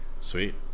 Sweet